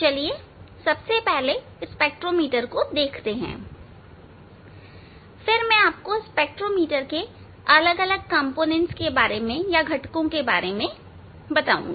चलिए सबसे पहले स्पेक्ट्रोमीटर को देखते हैं फिर मैं स्पेक्ट्रोमीटर के अलग अलग घटकों के बारे में बात करूंगा